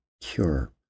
cure